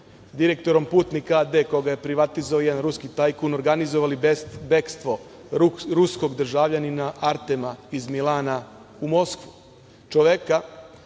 direktorom „Putnika“ a.d. koga je privatizovao jedan ruski tajkun organizovali bekstvo ruskog državljanina Artema iz Mila u Moskvu, čoveka